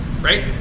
Right